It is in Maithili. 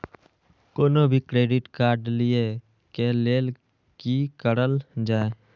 कोनो भी क्रेडिट कार्ड लिए के लेल की करल जाय?